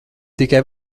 tikai